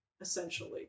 essentially